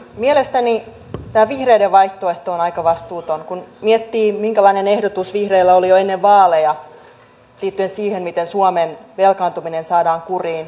mielestäni tämä vihreiden vaihtoehto on aika vastuuton kun miettii minkälainen ehdotus vihreillä oli jo ennen vaaleja liittyen siihen miten suomen velkaantuminen saadaan kuriin